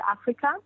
Africa